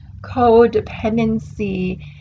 codependency